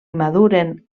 maduren